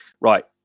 right